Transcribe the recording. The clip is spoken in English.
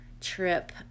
trip